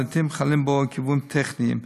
ולעתים חלים בו עיכובים טכניים.